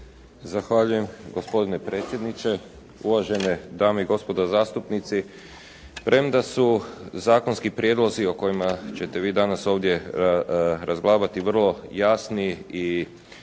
Zahvaljujem gospodine predsjedniče, uvažene dame i gospodo zastupnici. Premda su zakonski prijedlozi o kojima ćete vi danas ovdje razglabati vrlo jasni i promjene